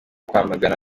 kwamagana